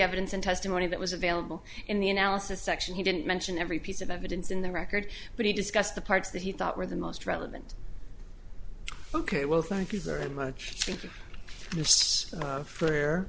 evidence and testimony that was available in the analysis section he didn't mention every piece of evidence in the record but he discussed the parts that he thought were the most relevant ok well thank you very much